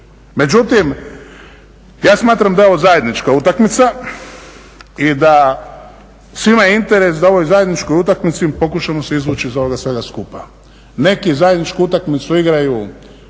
Međutim, ja smatram da je ovo zajednička utakmica i svima je interes da u ovoj zajedničkoj utakmici pokušamo se izvući iz ovoga svega skupa. Neki zajedničku utakmicu igraju